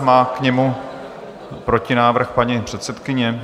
Má k němu protinávrh paní předsedkyně?